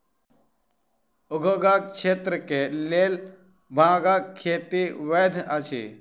उद्योगक क्षेत्र के लेल भांगक खेती वैध अछि